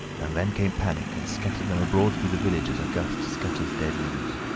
and then came panic, and scattered them abroad through the village as a gust scatters dead leaves.